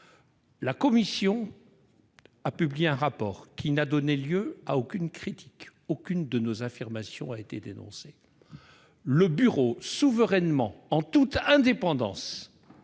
commission a publié un rapport qui n'a donné lieu à aucune critique ; aucune de nos affirmations n'a été dénoncée. Le Bureau, souverainement et en toute indépendance,